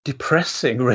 Depressing